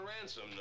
ransom